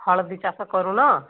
ହଳଦୀ ଚାଷ କରୁନ